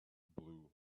blue